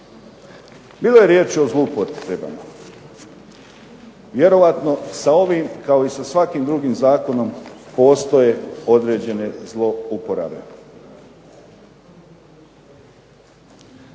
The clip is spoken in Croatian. Bilo je riječi o zloupotrebama. Vjerojatno sa ovim kao i sa svakim drugim zakonom postoje određene zlouporabe.